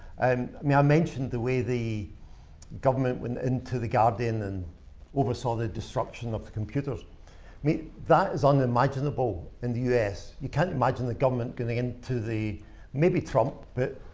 um mentioned the way the government went into the guardian and oversaw the disruption of the computers i mean that is unimaginable in the us. you can't imagine the government getting into the maybe trump, but